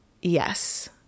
yes